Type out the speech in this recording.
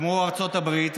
כמו ארצות הברית,